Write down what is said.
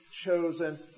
chosen